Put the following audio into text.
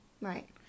Right